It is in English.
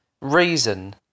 reason